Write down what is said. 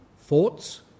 thoughts